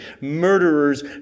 murderers